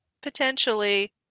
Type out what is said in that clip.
potentially